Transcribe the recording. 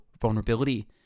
vulnerability